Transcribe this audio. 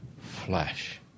flesh